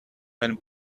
when